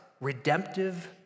redemptive